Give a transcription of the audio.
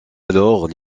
alors